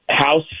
House